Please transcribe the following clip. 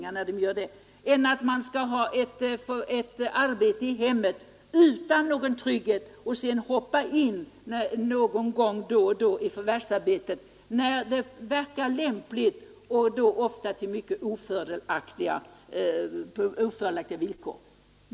Det tror vi är bättre än att kvinnorna först skall arbeta i hemmet utan någon trygghet och sedan skall hoppa in någon gång i förvärvsarbete när det verkar lämpligt, ofta på mycket ofördelaktiga villkor.